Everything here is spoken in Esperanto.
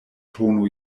tono